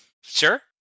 sure